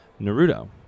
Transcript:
Naruto